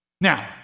Now